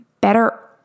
Better